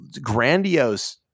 grandiose